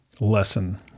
lesson